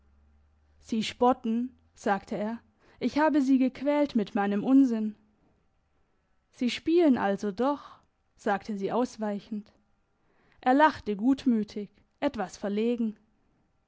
sie spotten sagte er ich habe sie gequält mit meinem unsinn sie spielen also doch sagte sie ausweichend er lachte gutmütig etwas verlegen